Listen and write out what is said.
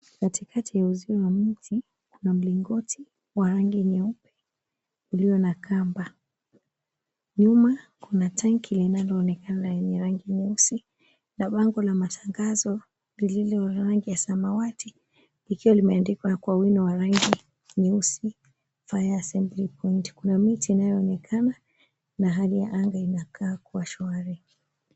Katikati ya uzio wa mti kuna mlingoti wa rangi nyeupe ulio na kamba. Nyuma kuna tanki linloonekana yenye rangi nyeusi, na bango la matangaz lililo rangi ya samawati, likiwa limeandikwa kwa wino wa raisi nyeusi, Fire Assembly Point. Kuna miti inayoonekana na hali ya anga inakaa kuwa shwari.